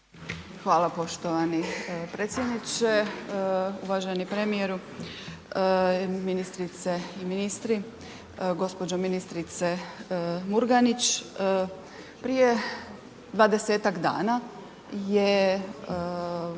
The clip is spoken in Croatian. Hvala poštovani predsjedniče. Uvaženi premijeru. Ministrice i ministri. Gđo. ministrice Murganić. Prije 20-tak dana je